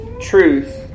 truth